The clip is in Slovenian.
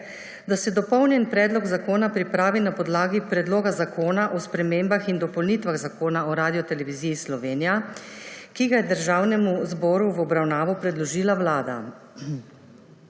da se dopolnjeni predlog zakona pripravi na podlagi Predloga zakona o spremembah in dopolnitvah Zakona o Radioteleviziji Slovenija, ki ga je Državnemu zboru v obravnavo predložila Vlada.